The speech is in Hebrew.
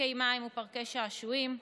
פארקי מים ופארקי שעשועים.